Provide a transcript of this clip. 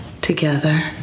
together